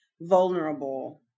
vulnerable